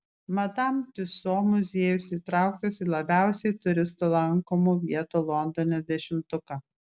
madam tiuso muziejus įtrauktas į labiausiai turistų lankomų vietų londone dešimtuką